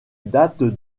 date